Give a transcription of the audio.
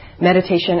meditation